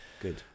Good